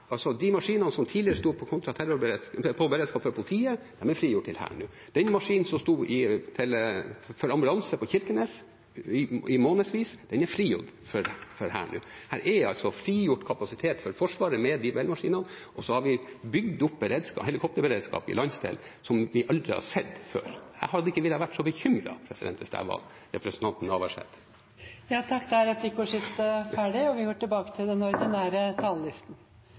De maskinene som tidligere sto i beredskap for politiet, er frigjort til Hæren nå. Den maskinen som sto for ambulanse i Kirkenes i månedsvis, er frigjort for Hæren. Her er altså frigjort kapasitet for Forsvaret med de Bell-maskinene, og vi har bygd opp en helikopterberedskap i landsdelen som vi aldri før har sett. Jeg ville ikke vært så bekymret hvis jeg var representanten Navarsete. Replikkordskiftet er omme. Forutsetningen for en moderne, mobil og slagkraftig hær er at den